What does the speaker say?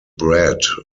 bread